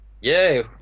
Yay